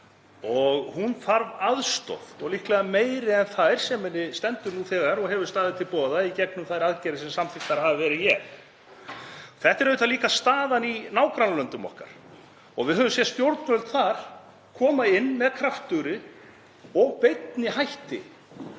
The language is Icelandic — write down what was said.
Hún þarf aðstoð og líklega meiri en þá sem henni stendur nú þegar til boða í gegnum þær aðgerðir sem samþykktar hafa verið hér. Þetta er auðvitað líka staðan í nágrannalöndum okkar og við höfum séð stjórnvöld þar koma inn með kröftugri og beinni hætti